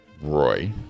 Roy